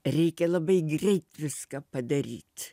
reikia labai greit viską padaryt